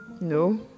No